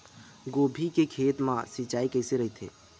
गोभी के खेत मा सिंचाई कइसे रहिथे?